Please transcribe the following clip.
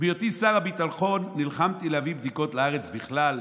בהיותי שר הביטחון נלחמתי להביא בדיקות לארץ בכלל,